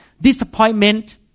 disappointment